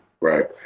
right